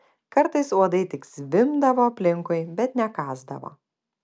kartais uodai tik zvimbdavo aplinkui bet nekąsdavo